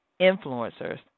influencers